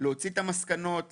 להוציא את המסקנות,